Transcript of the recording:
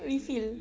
refill